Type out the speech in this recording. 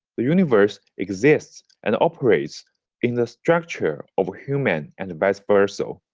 the universe exists and operates in the structure of human and vice versa.